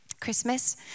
Christmas